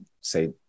say